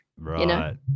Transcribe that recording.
Right